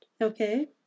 Okay